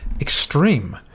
extreme